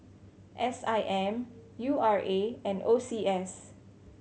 S I M U R A and O C S